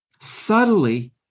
subtly